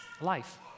life